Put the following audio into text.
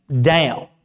down